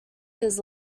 his